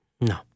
No